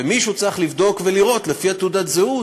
ומישהו צריך לבדוק ולראות לפי תעודת הזהות